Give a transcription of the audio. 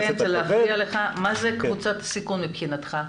מה זה קבוצת סיכון מבחינתך?